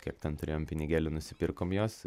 kiek ten turėjom pinigėlių nusipirkom juos